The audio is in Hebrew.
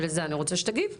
אני רוצה שתגיב לזה.